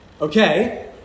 Okay